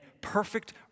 perfect